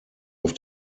auf